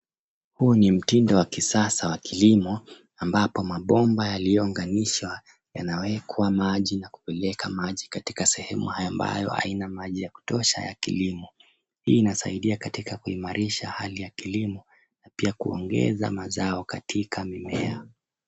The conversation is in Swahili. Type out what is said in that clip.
Huu ni mtindo wa kisasa wa kilimo ambapo mabomba yaliounganishwa yanawekwa maji na kupeleka maji katika sehemu ambayo haina maji ya kutosha ya kilimo. Hii inasaidia katika kuimarisha hali ya kilimo pia kuongeza mazao katika mimea.